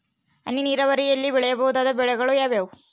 ಹನಿ ನೇರಾವರಿಯಲ್ಲಿ ಬೆಳೆಯಬಹುದಾದ ಬೆಳೆಗಳು ಯಾವುವು?